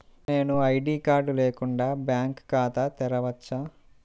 నేను ID card లేకుండా bank ఖాతా తెరవచ్చా?